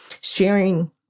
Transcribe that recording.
sharing